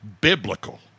biblical